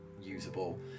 usable